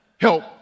Help